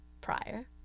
prior